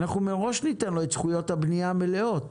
אנחנו מראש ניתן לו את זכויות הבנייה המלאות.